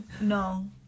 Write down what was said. no